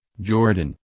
Jordan